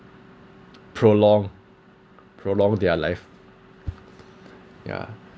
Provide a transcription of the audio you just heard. prolonged prolonged their life ya